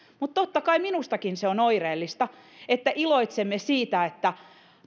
mutta totta kai minustakin se on oireellista että iloitsemme siitä että